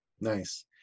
Nice